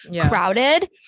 crowded